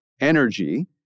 energy